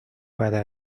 para